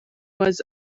was